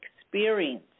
experience